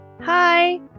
hi